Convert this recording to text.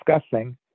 discussing